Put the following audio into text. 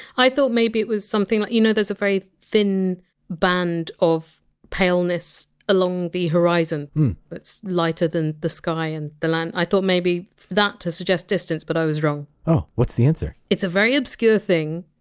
i thought maybe it was something that, you know there's a very thin band of paleness along the horizon that's lighter than the sky and the land? i thought maybe that, to suggest distance, but i was wrong. oh! what's the answer? it's a very obscure thing,